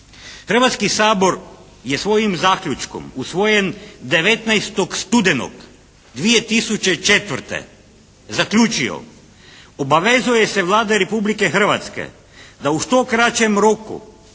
Hrvatski sabor je svojim Zaključkom usvojen 19. studenog 2004. zaključio obavezuje se Vlada Republike Hrvatske da u što kraćem roku